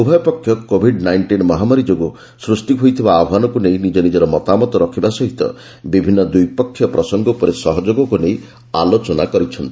ଉଭୟପକ୍ଷ Covid nineteen ମହାମାରୀ ଯୋଗୁଁ ସୃଷ୍ଟି ହୋଇଥିବା ଆହ୍ୱାନକୁ ନେଇ ନିଜ ନିଜର ମତାମତ ରଖିବା ସହିତ ବିଭିନ୍ନ ଦ୍ୱିପକ୍ଷିୟ ପ୍ରସଙ୍ଗ ଉପରେ ସହଯୋଗକୁ ନେଇ ଆଲୋଚନା କରିଛନ୍ତି